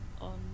on